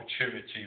opportunity